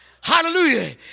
Hallelujah